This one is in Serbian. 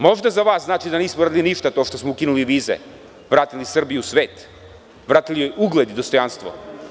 Možda za vas znači da nismo uradili ništa time što smo ukinuli vize, vratili Srbiju u svet, vratili joj ugled i dostojanstvo.